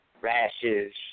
rashes